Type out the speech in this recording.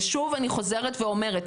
ושוב אני חוזרת ואומרת,